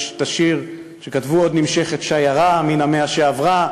יש את השיר שכתבו: "ונמשכת שיירה / מן המאה שעברה".